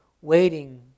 waiting